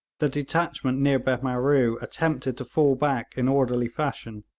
the detachment near behmaroo attempted to fall back in orderly fashion,